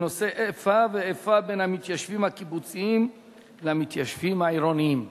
בנושא: איפה ואיפה בין מתיישבים קיבוציים למתיישבים עירוניים.